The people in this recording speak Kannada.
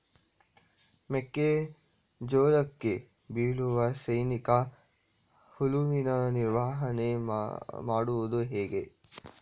ಮೆಕ್ಕೆ ಜೋಳಕ್ಕೆ ಬೀಳುವ ಸೈನಿಕ ಹುಳುವಿನ ನಿರ್ವಹಣೆ ಮಾಡುವುದು ಹೇಗೆ?